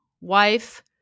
wife